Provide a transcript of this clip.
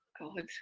God